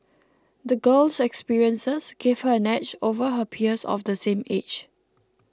the girl's experiences gave her an edge over her peers of the same age